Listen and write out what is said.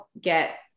get